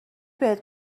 بهت